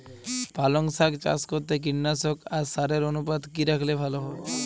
পালং শাক চাষ করতে কীটনাশক আর সারের অনুপাত কি রাখলে ভালো হবে?